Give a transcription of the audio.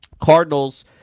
Cardinals